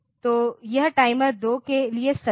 तो यह टाइमर 2 के लिए सच है